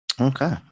Okay